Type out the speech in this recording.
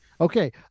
okay